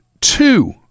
two